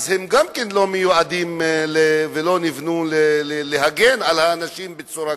אז הם גם כן לא מיועדים ולא נבנו להגן על האנשים בצורה כזאת.